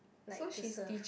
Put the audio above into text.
like to serve